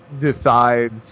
decides